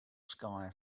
sky